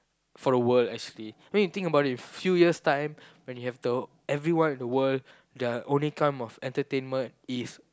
for the world actually when you think about it few years time when you have the everyone in the world their only form of entertainment is